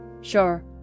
Sure